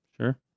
Sure